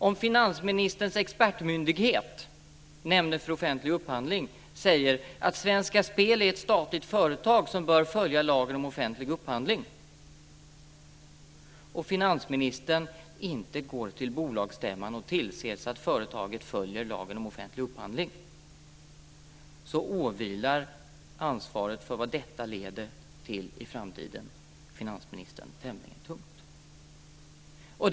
Om finansministerns expertmyndighet, Nämnden för offentlig upphandling, säger att Svenska Spel är ett statligt företag som bör följa lagen om offentlig upphandling och finansministern inte går till bolagsstämman och tillser att företaget följer lagen om offentlig upphandling så vilar ansvaret för vad detta leder till i framtiden tämligen tungt på finansministern.